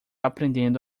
aprendendo